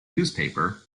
newspaper